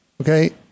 okay